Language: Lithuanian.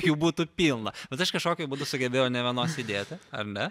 jų būtų pilna bet aš kažkokiu būdu sugebėjau nė vienos įdėti ar ne